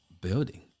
building